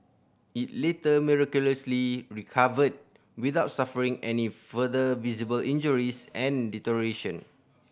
it later miraculously recovered without suffering any further visible injuries and deterioration